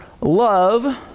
love